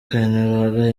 kainerugaba